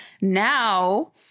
now